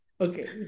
okay